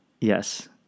yes